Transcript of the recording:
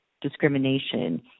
discrimination